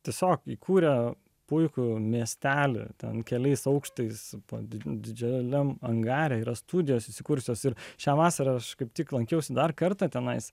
tiesiog įkūrė puikų miestelį ten keliais aukštais didžiuliam angare yra studijos įsikūrusios ir šią vasarą aš kaip tik lankiausi dar kartą tenai